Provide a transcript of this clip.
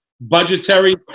budgetary